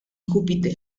júpiter